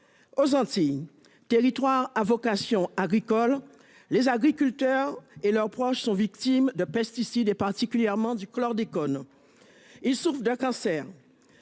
Aux Antilles, territoire à vocation agricole, les agriculteurs et leurs proches sont victimes des pesticides, en particulier du chlordécone. Ils souffrent de cancers.